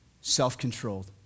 self-controlled